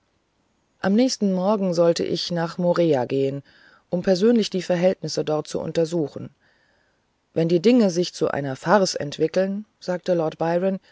am nächsten morgen sollte ich nach morea gehen um persönlich die verhältnisse dort zu untersuchen wenn die dinge sich zu einer farce entwickeln sagte lord byron